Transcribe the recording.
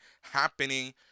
happening